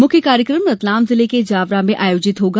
मुख्य कार्यक्रम रतलाम जिले के जावरा में आयोजित होगा